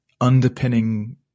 underpinning